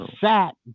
sat